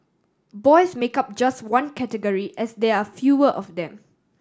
boys make up just one category as there are fewer of them